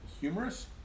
humorous